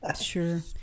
sure